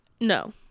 no